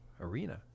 Arena